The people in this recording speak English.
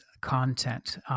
content